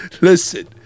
Listen